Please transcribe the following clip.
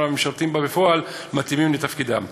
והמשרתים בה בפועל מתאימים לתפקידם.